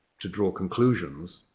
to draw conclusions